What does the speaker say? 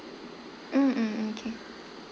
mm mm mm K